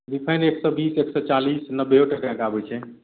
refined एक सए बीस एक सए चालिस नबेओ टका के आबै छै